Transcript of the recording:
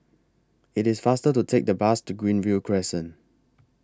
IT IS faster to Take The Bus to Greenview Crescent